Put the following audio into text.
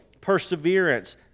perseverance